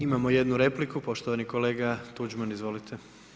Imamo jednu repliku, poštovani kolega Tuđman, izvolite.